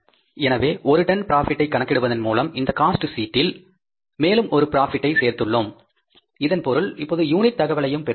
எனவே ஒரு டன் ப்ராபிட்டை கணக்கிடுவதன் மூலம் இந்த காஸ்ட் சீட்டில் மேலும் ஒரு ப்ராபிட்டை சேர்த்துள்ளோம் இதன் பொருள் இப்போது யூனிட் தகவலையும் பெற்றுள்ளோம்